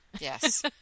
Yes